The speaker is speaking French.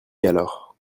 alors